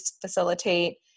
facilitate